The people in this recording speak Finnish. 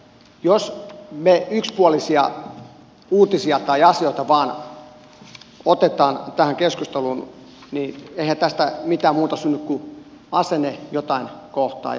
jos me vain yksipuolisia uutisia tai asioita otamme tähän keskusteluun niin eihän tästä mitään muuta synny kuin asenne jotain kohtaan ja se pysyy